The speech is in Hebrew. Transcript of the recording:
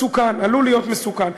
עלול להיות מסוכן.